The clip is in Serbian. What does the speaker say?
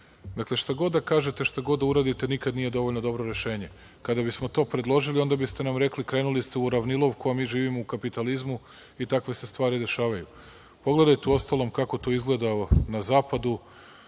Dakle, šta god da kažete, šta god da uradite, nikada nije dovoljno dobro rešenje. Kada bismo to predložili onda biste nam rekli krenuli ste u ravnilovku, a mi živimo u kapitalizmu, i takve se stvari dešavaju. Pogledajte, uostalom, kako to izgleda to na zapadu,